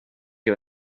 you